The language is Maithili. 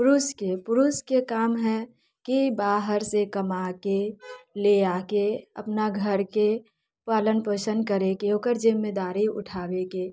पुरुषके पुरुषके काम हय कि बाहर से कमाके ले आके अपना घरके पालन पोषण करैके ओकर जिम्मेदारी उठाबैके